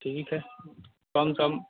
ठीक है कम सम